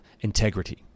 integrity